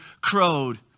crowed